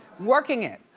working it.